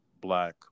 black